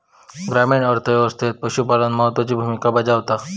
ग्रामीण अर्थ व्यवस्थेत पशुपालन महत्त्वाची भूमिका बजावता